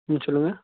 ம் சொல்லுங்கள்